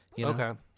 Okay